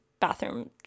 Bathroom